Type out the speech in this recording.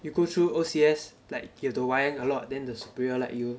you go through O_C_S like you have to wayang a lot then the superior like you